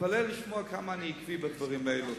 תתפלא לשמוע כמה אני עקבי בדברים האלה.